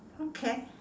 okay